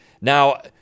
Now